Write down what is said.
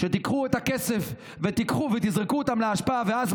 שתיקחו את הכסף ותיקחו ותזרקו אותם לאשפה ואז,